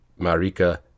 Marika